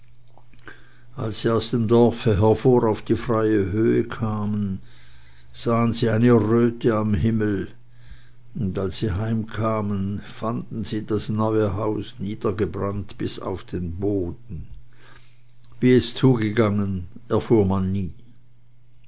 als sie aus dem dorfe hervor auf die freie höhe kamen sahen sie eine röte am himmel und als sie heimkamen fanden sie das neue haus niedergebrannt bis auf den boden wie es zugegangen erfuhr man nie